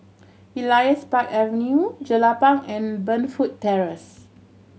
Elias Park Avenue Jelapang and Burnfoot Terrace